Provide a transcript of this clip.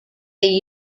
they